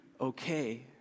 okay